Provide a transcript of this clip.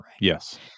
Yes